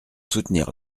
soutenir